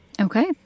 Okay